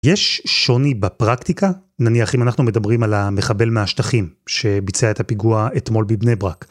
יש שוני בפרקטיקה? נניח אם אנחנו מדברים על המחבל מהשטחים שביצע את הפיגוע אתמול בבני ברק.